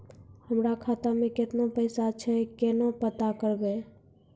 हमरा खाता मे केतना पैसा छै, केना पता करबै?